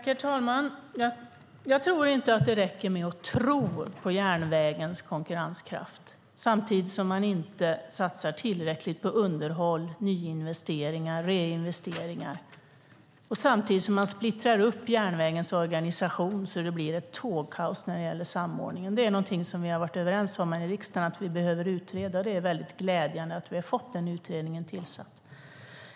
Herr talman! Jag tror inte att det räcker med att tro på järnvägens konkurrenskraft samtidigt som man inte satsar tillräckligt på underhåll, nyinvesteringar och reinvesteringar, samtidigt som man splittrar upp järnvägens organisation så att det blir tågkaos när det gäller samordningen. Det är någonting som vi har varit överens om här i riksdagen att vi behöver utreda. Det är väldigt glädjande att vi har fått den utredningen tillsatt.